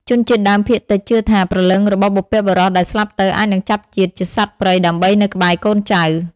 ជនជាតិដើមភាគតិចជឿថា ព្រលឹងរបស់បុព្វបុរសដែលស្លាប់ទៅអាចនឹងចាប់ជាតិជាសត្វព្រៃដើម្បីនៅក្បែរកូនចៅ។